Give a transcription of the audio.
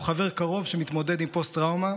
הוא חבר קרוב שמתמודד עם פוסט טראומה.